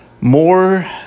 more